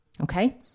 Okay